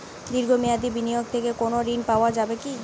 দীর্ঘ মেয়াদি বিনিয়োগ থেকে কোনো ঋন পাওয়া যাবে কী?